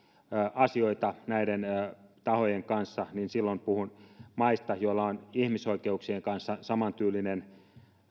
asioita näiden tahojen kanssa silloin puhuin maista joilla on ihmisoikeuksien kanssa samantyylinen